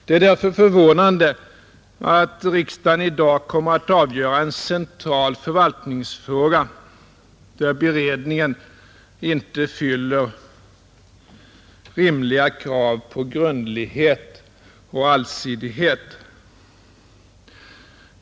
Det är därför förvånande att riksdagen i dag kommer att avgöra en central förvaltningsfråga där beredningen inte fyller rimliga krav på grundlighet och allsidighet.